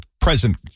present